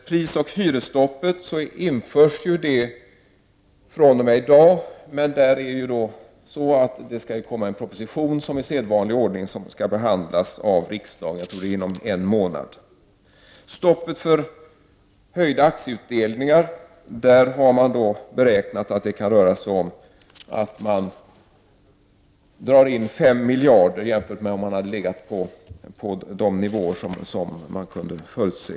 Prisoch hyresstoppet införs fr.o.m. i dag, men det skall ändå komma en proposition som i sedvanlig ordning skall behandlas av riksdagen, jag tror att det är inom en månad. När det gäller stoppet för höjda aktieutdelningar har man beräknat att det kan röra sig om att man drar in 5 miljarder kronor jämfört med om man hade legat på de nivåer som man kunde förutse.